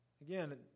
again